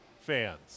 fans